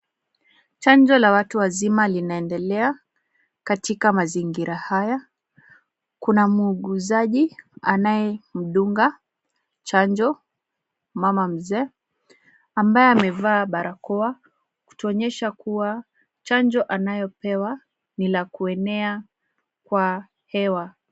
Chanjo la watu wazima linaendelea, katika mazingira haya kuna muuguzaji anayedunga chanjo mama mzee, ambaye amevaa barakoa kutuonyesha kuwa chanjo anayopewa ni la kuenea kwa hewa.